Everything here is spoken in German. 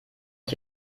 ich